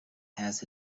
has